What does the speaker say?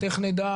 בוקר טוב לכולם.